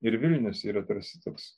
ir vilnius yra tarsi toks